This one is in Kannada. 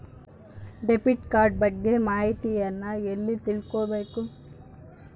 ಡೆಬಿಟ್ ಕಾರ್ಡ್ ಬಗ್ಗೆ ಮಾಹಿತಿಯನ್ನ ಎಲ್ಲಿ ತಿಳ್ಕೊಬೇಕು?